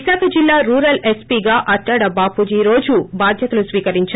విశాఖ జిల్లా రూరల్ ఎస్సీగా అట్టాడ బాబూజీ ఈ రోజు బాధ్యతలు స్కీకరించారు